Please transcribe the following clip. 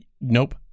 Nope